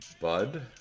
bud